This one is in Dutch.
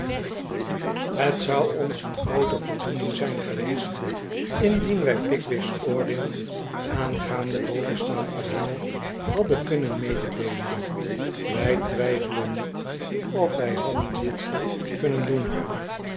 het zou ons een groote voldoening zijn geweest indien wij pickwick's oordeel aangaande bovenstaand verhaal hadden kunnen mededeelen wij twijfelen niet of wij hadden dit kunnen doen